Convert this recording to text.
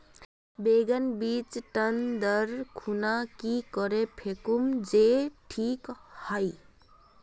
बैगन बीज टन दर खुना की करे फेकुम जे टिक हाई?